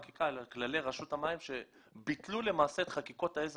כללי רשות המים שביטלו למעשה את חקיקות העזר